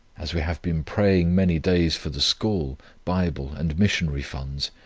as we have been praying many days for the school bible and missionary funds,